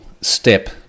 step